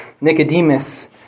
Nicodemus